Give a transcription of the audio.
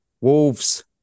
Wolves